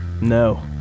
No